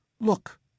Look